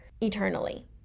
eternally